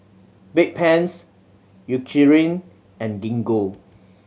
Bedpans Eucerin and Gingko